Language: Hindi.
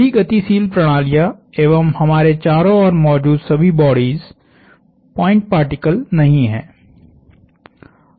सभी गतिशील प्रणालियाँ एवं हमारे चारों ओर मौजूद सभी बॉडीस पॉइंट पार्टिकल नहीं हैं